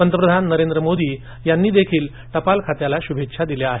पंतप्रधान नरेंद्र मोदी यांनी देखील टपाल खात्याला शुभेच्छा दिल्या आहेत